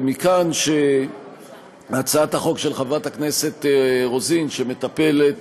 ומכאן שהצעת החוק של חברת הכנסת רוזין, שמטפלת